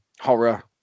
horror